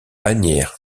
asnières